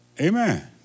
Amen